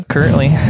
Currently